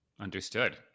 Understood